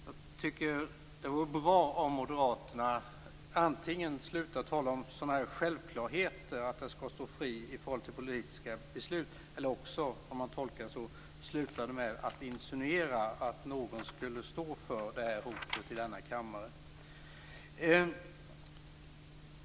Jag tycker att det vore bra om Moderaterna antingen slutade att tala om sådana här självklarheter, som att kulturen skall stå fri i förhållande till politiska beslut, eller också slutade med att insinuera att någon i den här kammaren skulle stå för det hotet.